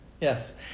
Yes